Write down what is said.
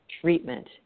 treatment